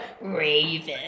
Raven